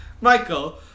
Michael